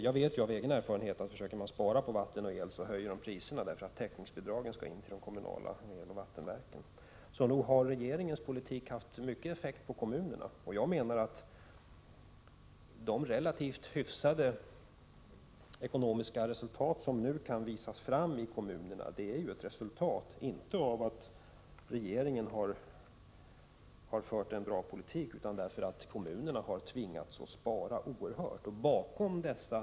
Jag vet av egen erfarenhet, att om man försöker spara på vatten och el så höjs priserna, eftersom täckningsbidragen skall in till de kommunala eloch vattenverken. Så nog har regeringens politik haft stor effekt på kommunerna. Jag menar att de relativt hyfsade ekonomiska resultat som nu kan visas fram i kommunerna är ett resultat, inte av att regeringen har fört en bra politik utan av att kommunerna i oerhört stor utsträckning har tvingats spara.